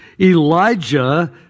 Elijah